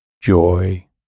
joy